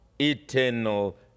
eternal